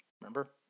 Remember